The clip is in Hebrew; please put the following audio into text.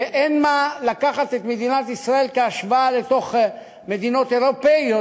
ואין מה לקחת את מדינת ישראל בהשוואה למדינות אירופיות,